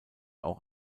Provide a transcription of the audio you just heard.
auch